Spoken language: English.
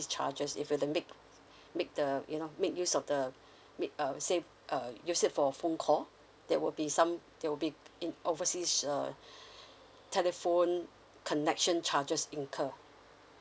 charges if you were to make make the you know make use of the make err say err use it for phone call there will be some there will be in overseas err telephone connection charges incur